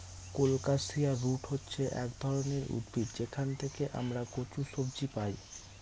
colocasia root হচ্ছে এক ধরনের উদ্ভিদ যেখান থেকে আমরা কচু সবজি পাই